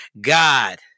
God